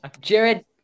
Jared